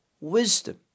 wisdom